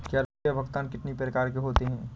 रुपया भुगतान कितनी प्रकार के होते हैं?